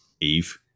Eve